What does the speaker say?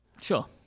Sure